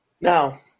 now